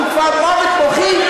הוא כבר במוות מוחי,